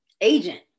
Agent